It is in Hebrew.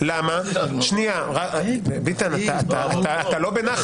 ולכן אתה פשוט לא מדייק